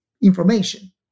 Information